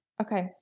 Okay